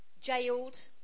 jailed